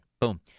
Boom